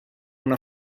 una